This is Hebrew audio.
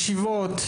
ישיבות,